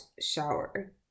shower